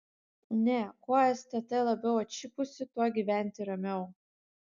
ne kuo stt labiau atšipusi tuo gyventi ramiau